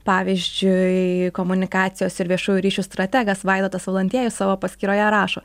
pavyzdžiui komunikacijos ir viešųjų ryšių strategas vaidotas valantiejus savo paskyroje rašo